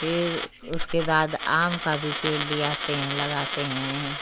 फिर उसके बाद आम का भी पेड़ लियाते हैं लगाते हैं